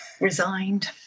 Resigned